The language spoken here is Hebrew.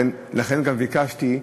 לכן ביקשתי,